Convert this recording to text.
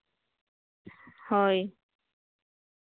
ᱦᱳᱭ